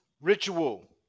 ritual